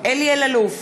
אלי אלאלוף,